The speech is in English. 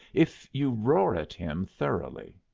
if you roar at him thoroughly.